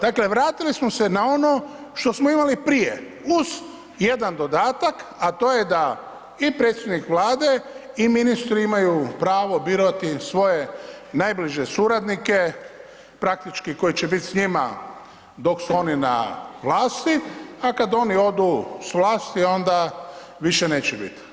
Dakle, vratili smo se na ono što smo imali prije uz jedan dodatak, a to je da i predsjednik Vlade i ministri imaju pravo birati svoje najbliže suradnike, praktički koji će biti s njima dok su oni na vlasti, a kad oni odu s vlasti onda više neće biti.